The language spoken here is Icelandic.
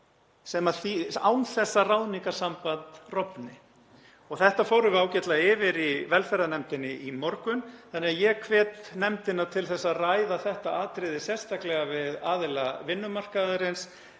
án þess að ráðningarsamband rofni. Þetta fórum við ágætlega yfir í velferðarnefnd í morgun og ég hvet nefndina til að ræða þetta atriði sérstaklega við aðila vinnumarkaðarins